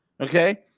Okay